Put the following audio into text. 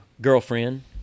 girlfriend